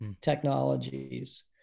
technologies